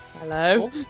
Hello